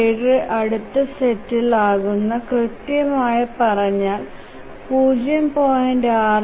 7 അടുത്ത് സെറ്റിൽ ആകുന്നു കൃത്യമായി പറഞാൽ 0